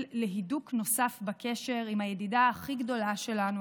להידוק נוסף בקשר עם הידידה הכי גדולה שלנו,